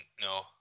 no